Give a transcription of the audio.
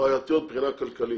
בעייתיות מבחינה כלכלית,